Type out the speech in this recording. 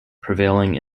prevailing